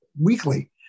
weekly